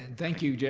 thank you, yeah